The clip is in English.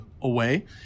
away